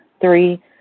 Three